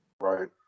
Right